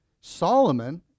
Solomon